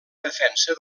defensa